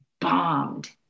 bombed